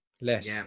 Less